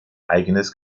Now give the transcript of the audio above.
eigenes